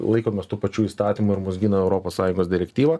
laikomės tų pačių įstatymų ir mus gina europos sąjungos direktyva